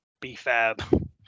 B-Fab